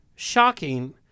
Shocking